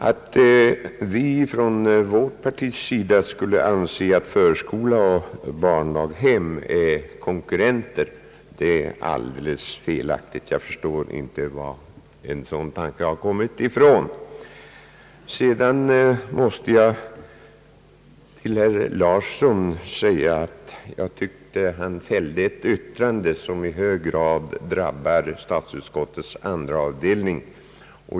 Att vi från vårt partis sida skulle anse, att förskola och barndaghem är konkurrenter, är alldeles felaktigt. Jag förstår inte varifrån en sådan tanke har kommit. Jag måste till herr Larsson säga, att han fällde ett yttrande som jag tycker i hög grad drabbar statsutskottets andra avdelning.